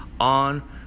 on